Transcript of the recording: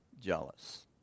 jealous